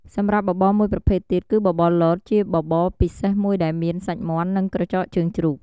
សម្រាប់បបរមួយប្រភេទទៀត គឺ បបរលត ជាបបរពិសេសមួយដែលមាន សាច់មាន់ និងក្រចកជើងជ្រូក។